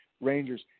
Rangers